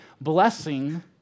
blessing